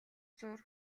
зуур